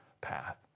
path